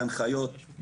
בין אם זה בהנחיות,